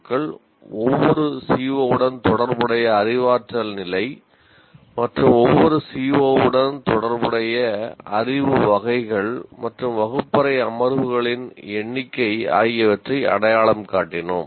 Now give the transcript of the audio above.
க்கள் ஒவ்வொரு CO உடன் தொடர்புடைய அறிவாற்றல் நிலை மற்றும் ஒவ்வொரு CO உடன் தொடர்புடைய அறிவு வகைகள் மற்றும் வகுப்பறை அமர்வுகளின் எண்ணிக்கை ஆகியவற்றை அடையாளம் காட்டினோம்